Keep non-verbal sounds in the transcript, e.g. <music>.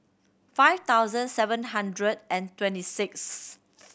five thousand seven hundred and twenty sixth <unintelligible>